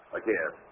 again